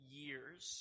years